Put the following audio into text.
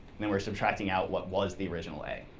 and then we're subtracting out what was the original a.